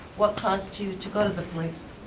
what caused you to go to the police?